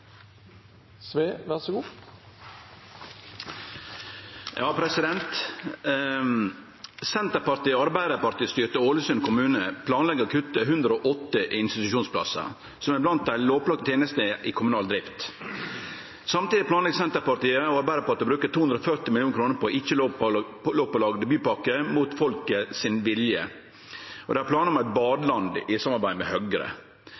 er blant dei lovpålagde tenester i ei kommunal drift. Samtidig planlegg Senterpartiet og Arbeidarpartiet å bruke 240 millionar kroner på ei ikkje lovpålagd bypakke mot folket sin vilje, og dei har planar om eit badeland i samarbeid med Høgre.